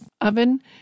oven